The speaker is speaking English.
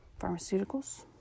pharmaceuticals